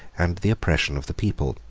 and the oppression of the people.